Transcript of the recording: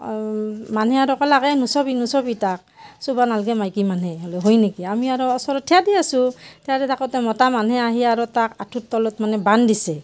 আৰু মানুহে আৰু ক'লাক এই নুচুবি নুচুবি তাক চুবা নালগে মাইকী মানুহে বোলে হয় নেকি আমি আৰু ওচৰত থিয় দি আছোঁ থিয় দি থাকোঁতে মতা মানুহে আহি আৰু তাক আঁঠুৰ তলত মানে বান্ধ দিছে